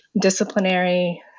disciplinary